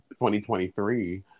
2023